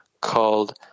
called